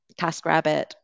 TaskRabbit